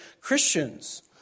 Christians